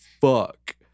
fuck